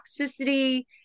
toxicity